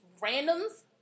randoms